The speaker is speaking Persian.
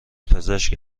پزشک